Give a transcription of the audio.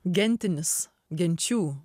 gentinis genčių